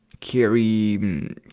Carry